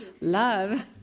Love